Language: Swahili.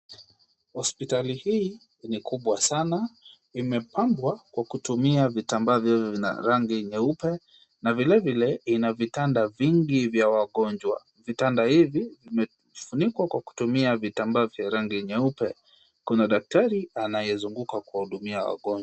Hospitali hii ni kubwa sana, imepambwa kwa kutumia vitambaa vilivyo na rangi nyeupe na vilevile ina vitanda vingi vya wagonjwa. Vitanda hivi vimefunikwa kwa kutumia vitambaa vya rangi nyeupe, kuna daktari anayezunguka kuwahudumia wagonjwa.